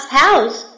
house